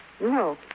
No